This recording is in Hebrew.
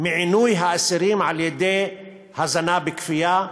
מעינוי האסירים על-ידי הזנה בכפייה,